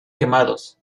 quemados